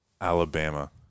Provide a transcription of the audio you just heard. Alabama